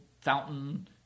fountain